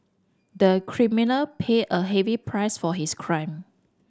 the criminal paid a heavy price for his crime